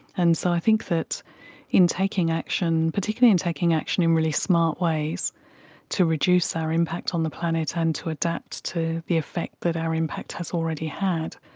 and so i think that in taking action, and particularly in taking action in really smart ways to reduce our impact on the planet and to adapt to the effect that are impact has already hard,